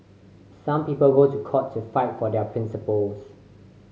some people go to court to fight for their principles